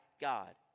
God